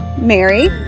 Mary